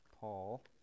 Paul